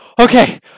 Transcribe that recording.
okay